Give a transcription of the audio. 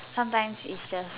sometimes it's just